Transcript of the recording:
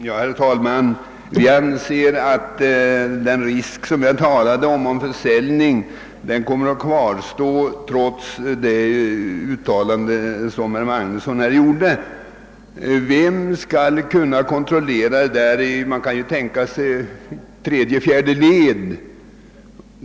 Herr talman! Jag anser att den risk för försäljning som jag talade om kommer att kvarstå trots det uttalande herr Magnusson i Borås gjorde. Vem skall kunna kontrollera sådana försäljningar? Man kan tänka sig överlåtelser i tredje eller fjärde led.